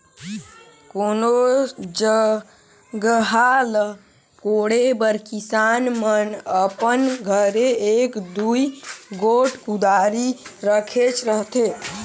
कोनोच जगहा ल कोड़े बर किसान मन अपन घरे एक दूई गोट कुदारी रखेच रहथे